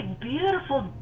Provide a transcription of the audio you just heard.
beautiful